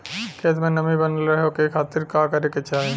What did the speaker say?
खेत में नमी बनल रहे ओकरे खाती का करे के चाही?